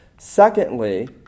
Secondly